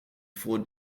four